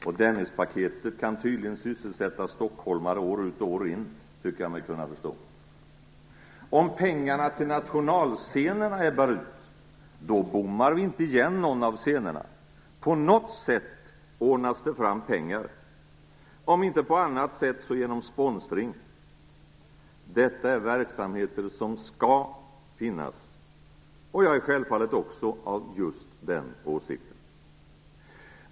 Och Dennispaketet kan tydligen sysselsätta stockholmare år ut och år in, tycker jag mig kunna förstå. Om pengarna till nationalscenerna ebbar ut, då bommar vi inte igen någon av scenerna. På något sätt ordnas det fram pengar. Om inte på annat sätt så genom sponsring. Detta är verksamheter som skall finnas. Och jag är självfallet också av just den åsikten.